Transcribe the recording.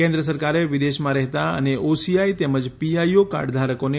કેન્દ્ર સરકારે વિદેશમાં રહેતા અને ઓસીઆઈ તેમજ પીઆઈઓ કાર્ડ ધારકોને